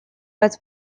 bez